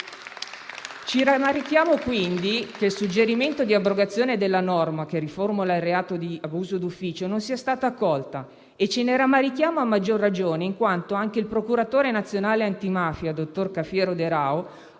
Ci rammarichiamo quindi che il suggerimento di abrogazione della norma che riformula il reato di abuso d'ufficio non sia stata accolta. E ce ne rammarichiamo a maggior ragione in quanto anche il procuratore nazionale antimafia, dottor Cafiero De Raho,